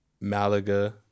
Malaga